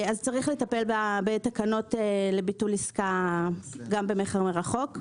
יש לטפל בתקנות לביטול עסקה גם במכר מרחוק,